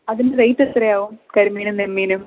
അതിൻ്റെ റേറ്റ് എത്രയാവും കരിമീനും നെമ്മീനും